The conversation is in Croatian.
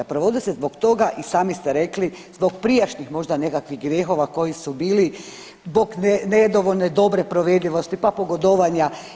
Provode se zbog toga i sami ste rekli zbog prijašnjih možda nekakvih grijehova koji su bili zbog nedovoljno dobre provedivosti, pa pogodovanja.